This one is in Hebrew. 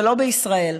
ולא בישראל.